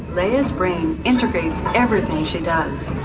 leah's brain integrates everything she does.